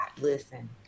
Listen